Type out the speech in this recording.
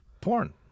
porn